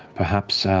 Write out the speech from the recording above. perhaps